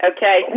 Okay